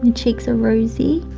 and cheeks um rosy.